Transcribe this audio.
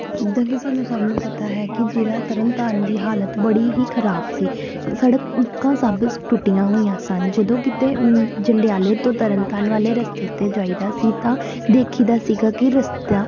ਜਿੱਦਾਂ ਕਿ ਸਾਨੂੰ ਸਭ ਨੂੰ ਪਤਾ ਹੈ ਕਿ ਜ਼ਿਲ੍ਹਾ ਤਰਨ ਤਾਰਨ ਦੀ ਹਾਲਤ ਬੜੀ ਹੀ ਖਰਾਬ ਸੀ ਸੜਕ ਮੁੱਕਾ ਸਭ ਟੁੱਟੀਆਂ ਹੋਈਆਂ ਸਨ ਜਦੋਂ ਕਿਤੇ ਜੰਡਿਆਲੇ ਤੋਂ ਤਰਨ ਤਾਰਨ ਵਾਲੇ ਰਸਤੇ 'ਤੇ ਜਾਈਦਾ ਸੀ ਤਾਂ ਦੇਖੀਦਾ ਸੀਗਾ ਕਿ ਰਸਤਾ